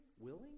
willing